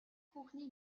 хүүхний